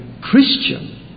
Christian